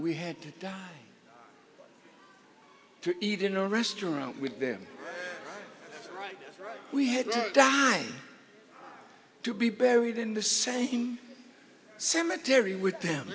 we had to eat in a restaurant with them we had to to be buried in the same cemetery with them